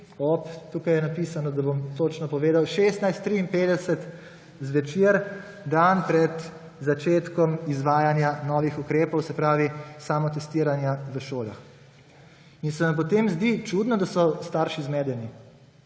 tukaj je napisano, da bom točno povedal – 16.53 zvečer, dan pred začetkom izvajanja novih ukrepov, se pravi samotestiranja v šolah. In se vam potem zdi čudno, da so starši zmedeni,